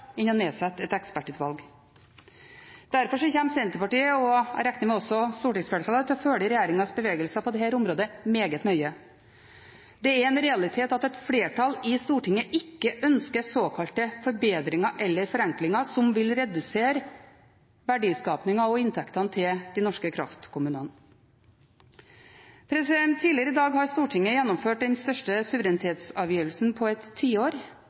å nedsette et ekspertutvalg. Derfor kommer Senterpartiet – og jeg regner med også stortingsflertallet – til å følge regjeringens bevegelser på dette området meget nøye. Det er en realitet at et flertall i Stortinget ikke ønsker såkalte forbedringer eller forenklinger som vil redusere verdiskapingen og inntektene til de norske kraftkommunene. Tidligere i dag har Stortinget gjennomført den største suverenitetsavgivelsen på et tiår